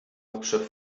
hauptstadt